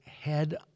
head